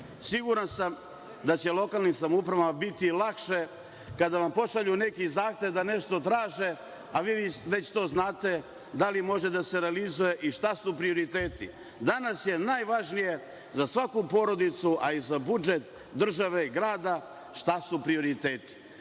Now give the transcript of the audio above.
Srbiji. Siguran sam da će lokalnim samoupravama biti lakše kada vam pošalju neki zahtev da nešto traže, a vi već znate da li može da se realizuje i šta su prioriteti. Danas je najvažnije za svaku porodicu a i za budžet države grada, šta su prioriteti.